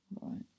Right